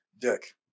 Dick